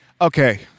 Okay